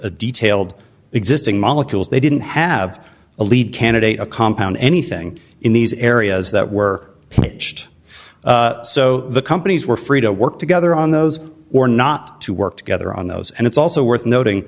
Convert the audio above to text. a detailed existing molecules they didn't have a lead candidate a compound anything in these areas that were pitched so the companies were free to work together on those or not to work together on those and it's also worth noti